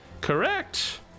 Correct